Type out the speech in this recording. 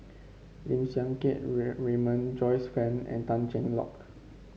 Lim Siang Keat Raymond Joyce Fan and Tan Cheng Lock